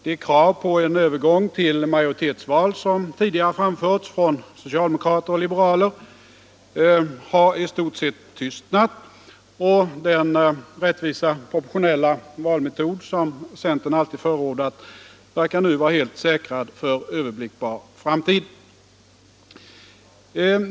De krav på en övergång på majoritetsval som tidigare framförts från socialdemokrater och liberaler har i stort sett tystnat, och den rättvisa proportionella valmetod som centern alltid förordat verkar nu vara helt säkrad för överblickbar framtid.